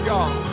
God